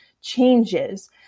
changes